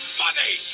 money